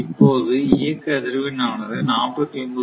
இப்போது இயக்க அதிர்வெண் ஆனது 49